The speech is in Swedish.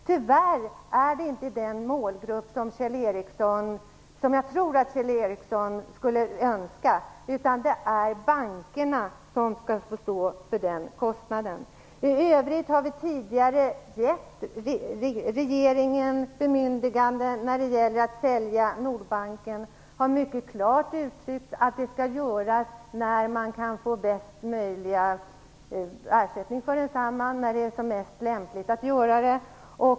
Tyvärr är det inte den målgrupp som jag tror att Kjell Ericsson skulle önska, utan det blir bankerna som får stå för den kostnaden. I övrigt har vi tidigare gett regeringen ett bemyndigande att sälja Nordbanken. Det är mycket klart uttryckt att det skall göras när man kan få bästa möjliga ersättning för densamma och när det är lämpligast att göra det.